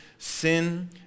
Sin